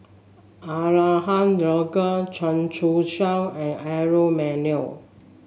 Abraham Logan Chia Choo Suan and Aaron Maniam